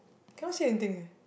cannot see anything eh